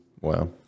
Wow